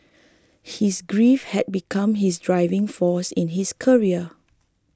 his grief had become his driving force in his career